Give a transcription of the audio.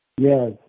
Yes